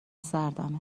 سردمه